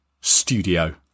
studio